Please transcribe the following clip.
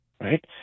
Right